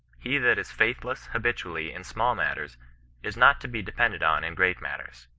he that is faithless habitually in small matters is not to be depended on in great matters.